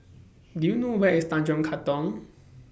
Do YOU know Where IS Tanjong Katong